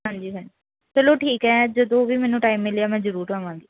ਹਾਂਜੀ ਹਾਂਜੀ ਚਲੋ ਠੀਕ ਹੈ ਜਦੋਂ ਵੀ ਮੈਨੂੰ ਟਾਈਮ ਮਿਲਿਆ ਮੈਂ ਜ਼ਰੂਰ ਆਵਾਂਗੀ